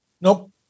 Nope